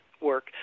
work